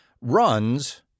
runs